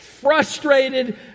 frustrated